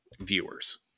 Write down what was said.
viewers